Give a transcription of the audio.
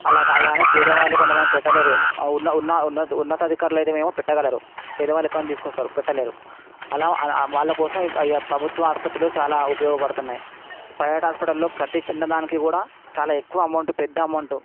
అలా అలా అని పేదవాళ్ళు కొంతమంది పెట్టలేరు ఉన్న ఉన్న ఉన్నతాధికారులు అయితే నేమో పెట్టగలరు పేదవాళ్ళు ఎక్కడ నుంచి తీసుకువస్తారు పెట్టలేరు అలా వాళ్ళ కోసం ఈ ప్రభుత్వ ఆసుపత్రులు చాలా ఉపయోగపడుతున్నాయి ప్రైవేట్ హాస్పిటల్లో ప్రతి చిన్న దానికి కూడా చాలా ఎక్కువ అమౌంట్ పెద్ద అమౌంట్